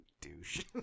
douche